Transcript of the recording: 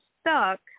stuck